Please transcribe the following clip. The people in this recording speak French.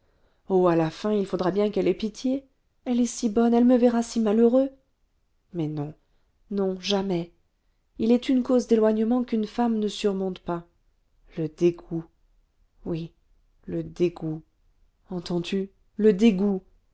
à la fin il faudra bien qu'elle ait pitié elle est si bonne elle me verra si malheureux mais non non jamais il est une cause d'éloignement qu'une femme ne surmonte pas le dégoût oui le dégoût entends-tu le dégoût